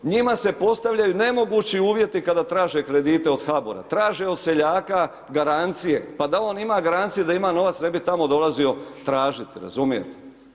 Njima se postavljaju nemogući uvjeti kada traže kredite od HABOR-a, traže od seljaka garancije, pa da on ima garancije, da ima novaca ne bi tamo dolazio tražit, razumijete.